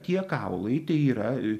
tie kaulai tai yra